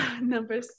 number